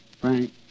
Frank